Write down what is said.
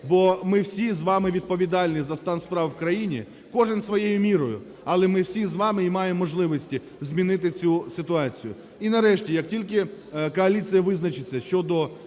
бо ми всі з вами відповідальні за стан справ в країні, кожен своєю мірою, але ми всі з вами і маємо можливості змінити цю ситуацію. І, нарешті, як тільки коаліція визначиться щодо